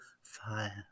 fire